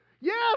Yes